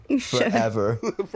Forever